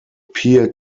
peer